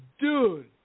dude